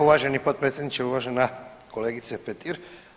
Uvaženi potpredsjedniče, uvažena kolegice Petir.